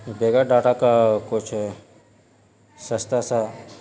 بغیر ڈاٹا کا کچھ سستا سا